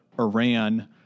Iran